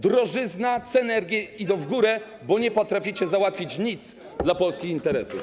Drożyzna, ceny energii idą w górę, bo nie potraficie załatwić nic dla polskich interesów.